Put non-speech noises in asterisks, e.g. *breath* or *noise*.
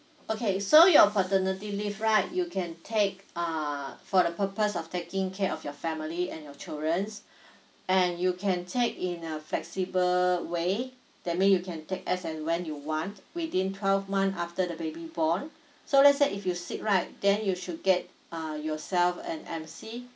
okay so your paternity leave right you can take uh for the purpose of taking care of your family and your childrens *breath* and you can take in a flexible way that maybe you can take as and when you want within twelve months after the baby born so let's say if you sick right then you should get uh yourself and M_C